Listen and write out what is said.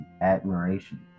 admiration